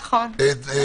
נכון.